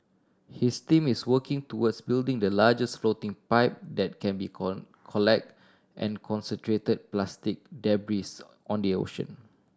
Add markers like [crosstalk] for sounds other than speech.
his team is working towards building the largest floating pipe that can be [unintelligible] collect and concentrate plastic debris on the ocean